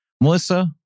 Melissa